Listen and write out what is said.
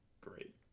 great